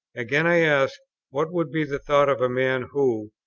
again, i ask what would be the thoughts of a man who,